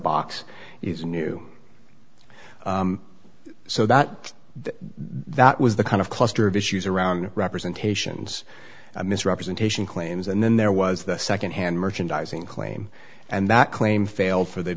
box is new so that that was the kind of cluster of issues around representations and misrepresentation claims and then there was the secondhand merchandising claim and that claim failed for the